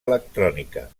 electrònica